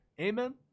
Amen